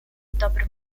dobrym